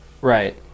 Right